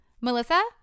Melissa